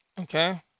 okay